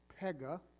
pega